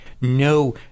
no